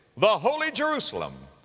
the holy jerusalem,